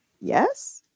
Yes